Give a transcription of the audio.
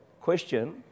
Question